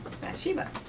Bathsheba